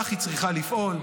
כך היא צריכה לפעול.